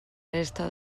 resta